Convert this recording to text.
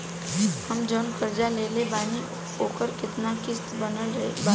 हम जऊन कर्जा लेले बानी ओकर केतना किश्त बनल बा?